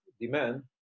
demand